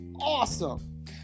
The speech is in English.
Awesome